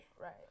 Right